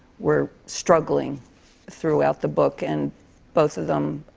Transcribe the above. were struggling throughout the book, and both of them